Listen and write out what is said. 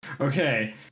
okay